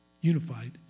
Unified